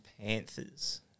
Panthers